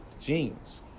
genes